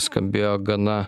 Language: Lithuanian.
skambėjo gana